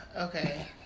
Okay